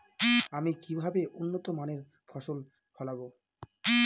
আমি কিভাবে উন্নত মানের ফসল ফলাবো?